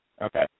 Okay